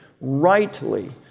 rightly